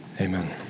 Amen